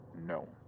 no